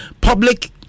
Public